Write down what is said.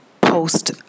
post